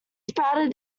sprouted